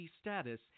status